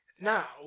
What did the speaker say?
now